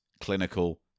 clinical